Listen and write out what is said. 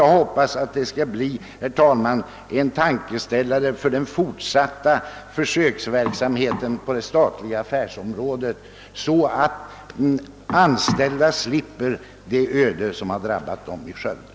Jag hoppas att det inträffade skall bli en tankeställare när det gäller den fortsatta försöksverksamheten på det statliga affärsområdet, så att de anställda slipper det öde som drabbat personalen i Durox.